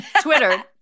Twitter